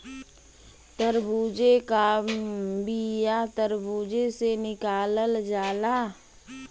तरबूजे का बिआ तर्बूजे से निकालल जाला